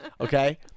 Okay